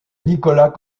nicolas